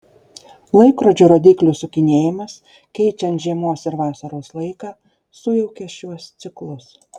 laikrodžio rodyklių sukinėjimas keičiant žiemos ir vasaros laiką sujaukia šiuos ciklus